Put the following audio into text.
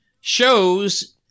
shows